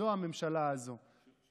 זו הממשלה הזו.